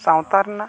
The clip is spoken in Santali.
ᱥᱟᱶᱛᱟ ᱨᱮᱱᱟᱜ